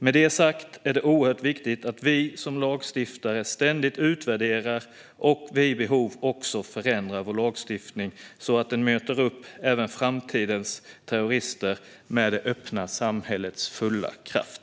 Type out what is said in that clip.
Med det sagt är det oerhört viktigt att vi som lagstiftare ständigt utvärderar och vid behov också förändrar vår lagstiftning så att den möter upp även framtidens terrorister med det öppna samhällets fulla kraft.